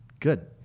Good